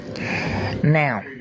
now